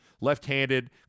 Left-handed